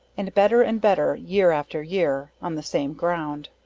and better and better year after year, on, the same ground.